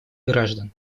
граждан